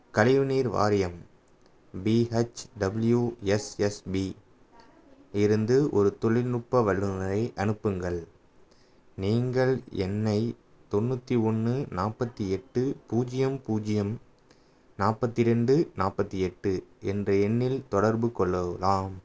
கழிவுநீர் வாரியம் பிஹச்டபிள்யூஎஸ்எஸ்பி இருந்து ஒரு தொழில்நுட்ப வல்லுநரை அனுப்புங்கள் நீங்கள் என்னை தொண்ணூற்றி ஒன்று நாற்பத்தி எட்டு பூஜ்ஜியம் பூஜ்ஜியம் நாற்பத்தி ரெண்டு நாற்பத்தி எட்டு என்ற எண்ணில் தொடர்பு கொள்ளலாம்